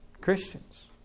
christians